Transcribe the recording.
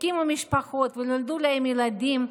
הקימו משפחות ונולדו להם ילדים,